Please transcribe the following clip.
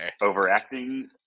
overacting